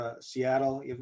Seattle